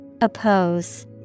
Oppose